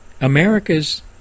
America's